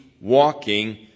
walking